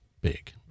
big